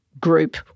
group